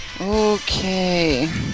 Okay